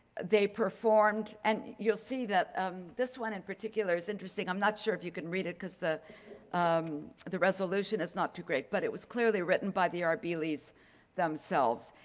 they performed and you'll see that um this one in particular is interesting. i'm not sure if you can read it, because the um the resolution is not too great, but it was clearly written by the arbeelys' themselves,